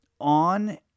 on